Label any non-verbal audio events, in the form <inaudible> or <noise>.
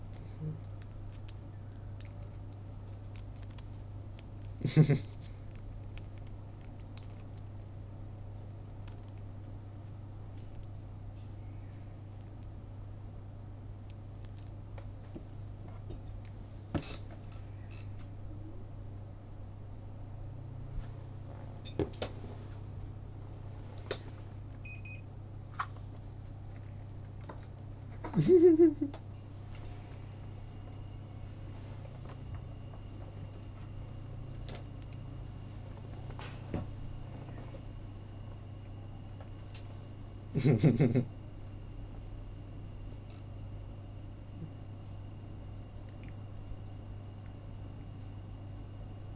<laughs> <laughs> <laughs>